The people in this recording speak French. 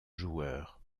joueurs